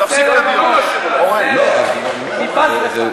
אני בז לך.